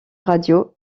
radio